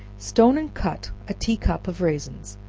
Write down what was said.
stone and cut a tea-cup of raisins,